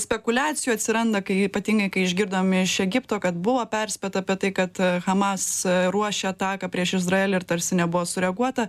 spekuliacijų atsiranda kai ypatingai kai išgirdom iš egipto kad buvo perspėta apie tai kad hamas ruošia ataką prieš izraelį ir tarsi nebuvo sureaguota